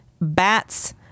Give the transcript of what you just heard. bats